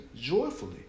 joyfully